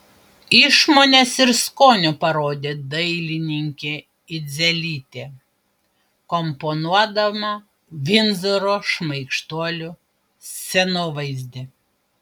išmonės ir skonio parodė dailininkė idzelytė komponuodama vindzoro šmaikštuolių scenovaizdį